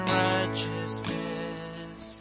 righteousness